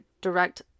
direct